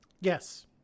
Yes